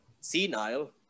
senile